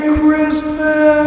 Christmas